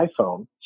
iPhone